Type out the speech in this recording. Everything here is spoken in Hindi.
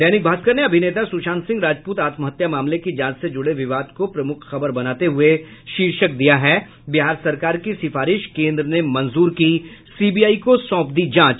दैनिक भास्कर ने अभिनेता सुशात सिंह राजपूत आत्महत्या मामले की जांच से जुड़े विवाद को प्रमुख खबर बनाते हुये शीर्षक दिया है बिहार सरकार की सिफारिश केन्द्र ने मंजूर की सीबीआई को सौंप दी जांच